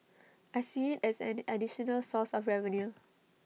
I see as an additional source of revenue